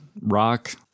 rock